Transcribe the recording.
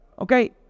Okay